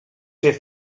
fer